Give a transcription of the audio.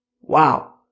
Wow